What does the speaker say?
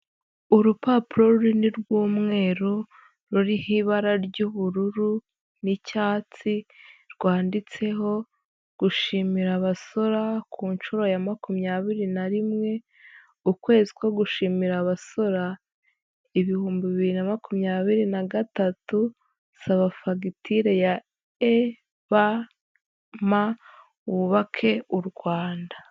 Urupapuro runini rw'umweru, ruriho ibara ry'ubururu, n'icyatsi, rwanditseho gushimira abasora ku nshuro ya makumyabiri na rimwe, ukwezi ko gushimira abasora, ibihumbi bibiri na makumyabiri na gatatu, saba fagitire ya EBM wubake u Rwanda.